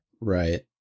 Right